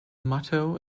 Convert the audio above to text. motto